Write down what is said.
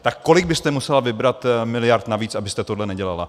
Tak kolik byste musela vybrat miliard navíc, abyste tohle nedělala?